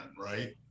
right